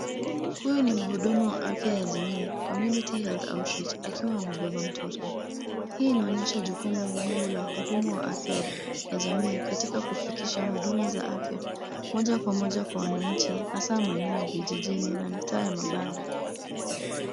Huyu ni mhudumu wa afya ya jamii community health outreach akiwa amebeba mtoto. Hii inaonyesha jukumu muhimu la hudumu wa afya ya jamii katika kufikisha huduma za afya moja kwa moja kwa wananchi hasa maeneo ya vijijini na mitaa ya mabanda.